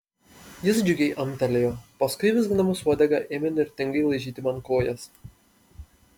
jis džiugiai amtelėjo paskui vizgindamas uodegą ėmė įnirtingai laižyti man kojas